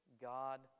God